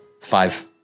five